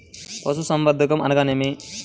పశుసంవర్ధకం అనగానేమి?